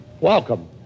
welcome